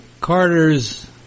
Carter's